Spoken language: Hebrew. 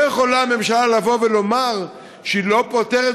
לא יכולה הממשלה לבוא ולומר שהיא לא פותרת